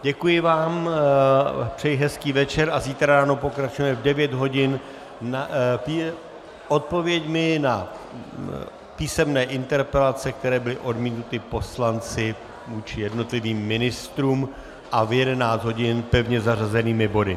Děkuji vám, přeji hezký večer a zítra ráno pokračujeme v 9 hodin odpověďmi na písemné interpelace, které byly odmítnuty poslanci vůči jednotlivým ministrům, a v 11 hodin pevně zařazenými body.